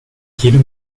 jede